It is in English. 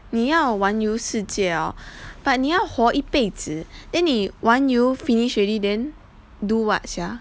你要玩游世界哦:ni yao wan shi jie o but 你要活一辈子 then 你玩游:ni wan finish already then do what sia